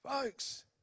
Folks